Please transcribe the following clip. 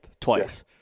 twice